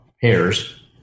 pairs